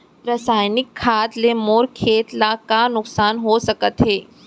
रसायनिक खाद ले मोर खेत ला का नुकसान हो सकत हे?